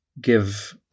give